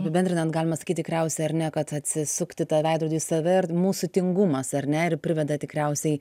apibendrinant galima sakyti tikriausiai ar ne kad atsisukti tą veidrodį į save ir mūsų tingumas ar ne priveda tikriausiai